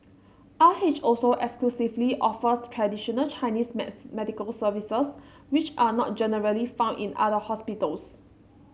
R H also exclusively offers traditional Chinese maths medical services which are not generally found in other hospitals